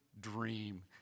dream